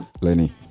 Lenny